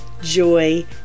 joy